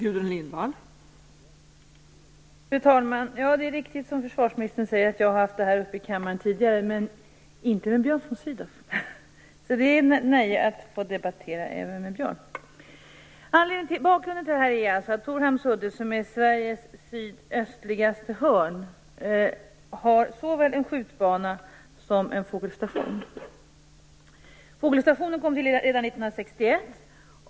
Fru talman! Det är riktigt som försvarsministern säger att jag har haft denna fråga uppe i kammaren tidigare, men inte med Björn von Sydow. Det är ett nöje att få debattera även med honom. Bakgrunden till interpellationen är att Torhamns udde, som är Sveriges sydöstligaste hörn, har såväl en skjutbana som en fågelstation. Fågelstationen kom till redan 1961.